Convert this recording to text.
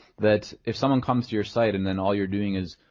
that if someone comes to your site and then all youire doing is,